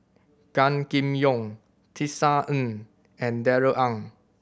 Gan Kim Yong Tisa Ng and Darrell Ang